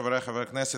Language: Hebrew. חבריי חברי הכנסת,